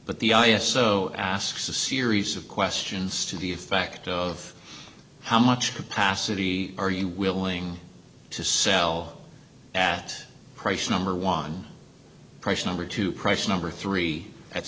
but the i s o asks a series of questions to the effect of how much capacity are you willing to sell at price number one price number two price number three